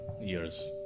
years